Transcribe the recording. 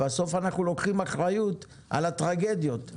בסוף, אנחנו לוקחים אחריות על הטרגדיות.